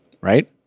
right